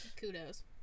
Kudos